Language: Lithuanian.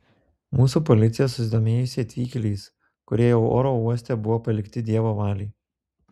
mūsų policija susidomėjusi atvykėliais kurie jau oro uoste buvo palikti dievo valiai